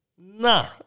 nah